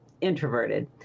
introverted